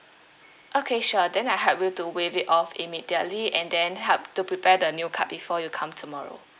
okay sure then I help you to waive it off immediately and then help to prepare the new card before you come tomorrow